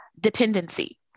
dependency